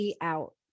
out